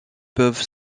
peuvent